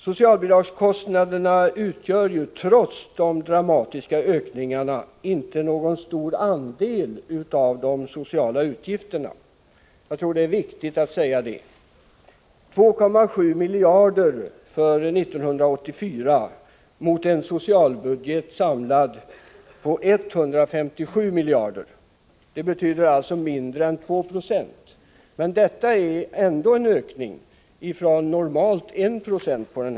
Socialbidragskostnaderna utgör, trots de dramatiska ökningarna, inte någon stor andel av de sociala utgifterna — jag tror det är viktigt att säga detta. Det rör sig om 2,7 miljarder för 1984 mot en samlad socialbudget på 157 miljarder. Det betyder alltså mindre än 2 26, men det är ändå en ökning från normalt 1 96.